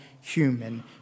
human